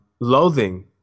loathing